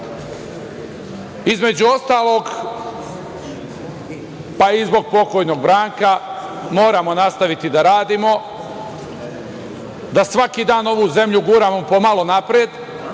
između ostalog, pa i zbog pokojnog Branka, moramo nastaviti da radimo, da svaki dan ovu zemlju guramo po malo napred